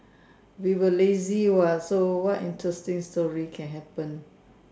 we were lazy what so what interesting story can happen